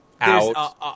out